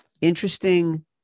interesting